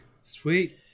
Sweet